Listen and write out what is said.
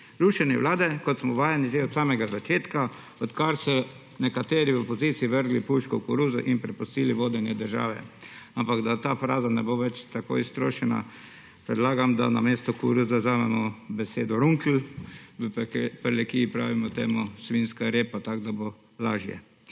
Rušenje Vlade kot smo vajeni že od samega začetka od kar so nekateri v opoziciji vrgli puško v koruzo in prepustili vodenje države, ampak da ta fraza ne bo več tako iztrošena predlagam, da namesto koruze vzamemo besedo »runkl«, v Prlekiji pravimo temu svinjska repa, tako da bo lažje.